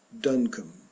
Duncombe